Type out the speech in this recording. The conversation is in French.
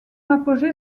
apogée